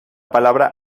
palabra